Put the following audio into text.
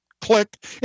Click